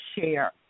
share